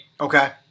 Okay